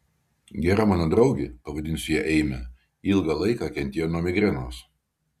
gera mano draugė pavadinsiu ją eime ilgą laiką kentėjo nuo migrenos